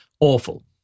awful